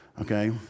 okay